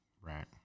right